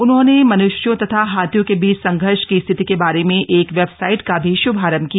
उन्होंने मन्ष्यों तथा हाथियों के बीच संघर्ष की स्थिति के बारे में एक वेबसाइट का भी श्भारंभ किया